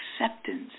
acceptance